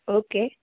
okay